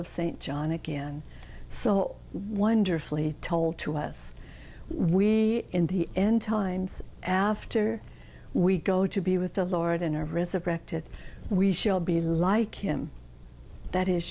of st john again so wonderfully told to us we in the end times after we go to be with the lord in our resurrected we shall be like him that is